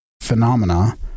phenomena